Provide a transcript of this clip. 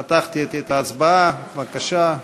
פתחתי את ההצבעה, בבקשה.